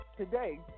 Today